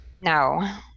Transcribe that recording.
no